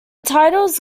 titles